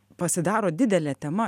pasidaro didelė tema